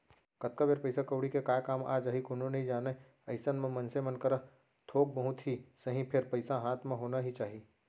कतको बेर पइसा कउड़ी के काय काम आ जाही कोनो नइ जानय अइसन म मनसे मन करा थोक बहुत ही सही फेर पइसा हाथ म होना ही चाही